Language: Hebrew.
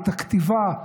את הכתיבה,